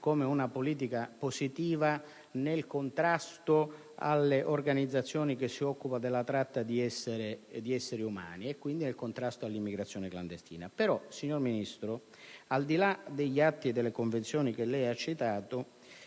dei restringimenti nel contrasto alle organizzazioni che si occupano della tratta di esseri umani, e quindi nel contrasto all'immigrazione clandestina. Tuttavia, signor Ministro, al di là degli atti e delle Convenzioni che lei ha citato,